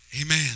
Amen